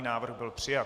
Návrh byl přijat.